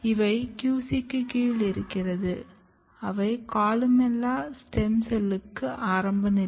இவை QCக்கு கீழ் இருக்கிறது அவை கொலுமெல்லா ஸ்டெம் செல்லுக்கு ஆரம்ப நிலை